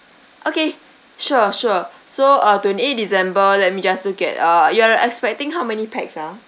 okay sure sure so uh twenty eighth december let me just look at uh you are expecting how many pax ah